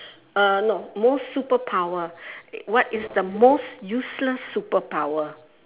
uh no most superpower what is the most useless superpower